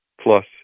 Plus